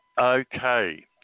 Okay